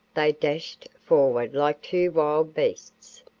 they dashed forward like two wild beasts.